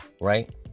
Right